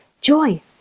joy